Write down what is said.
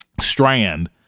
Strand